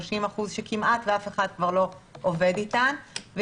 ה-30% שכמעט ואף אחד כבר לא עובד איתן.